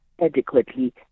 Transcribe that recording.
adequately